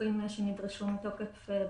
הפיתוחים שנדרשו מתוקף בג"ץ.